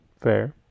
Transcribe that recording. Fair